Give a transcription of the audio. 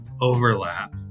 overlap